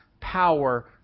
power